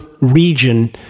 region